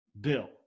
bill